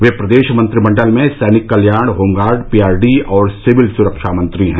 वह प्रदेश मंत्रिमंडल में सैनिक कल्याण होमगार्ड पीआरडी और सिविल सुरक्षा मंत्री हैं